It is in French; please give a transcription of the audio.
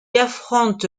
affronte